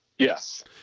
Yes